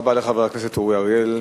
תודה רבה לחבר הכנסת אורי אריאל.